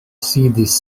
sidis